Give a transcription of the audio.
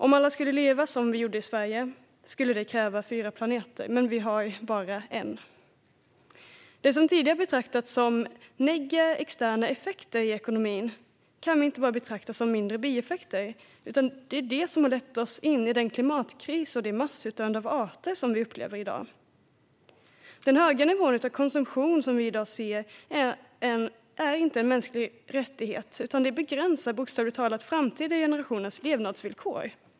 Om alla skulle leva som vi gör i Sverige skulle det kräva fyra planeter, men vi har bara en. Det som tidigare har betraktats som "negativa externa effekter" i ekonomin kan vi inte längre betrakta som mindre bieffekter. Det är detta som har lett oss in i den klimatkris och det massutdöende av arter som vi upplever i dag. Den höga nivå av konsumtion som vi har i dag är inte en mänsklig rättighet utan begränsar bokstavligt talat framtida generationers levnadsvillkor.